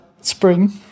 spring